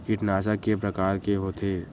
कीटनाशक के प्रकार के होथे?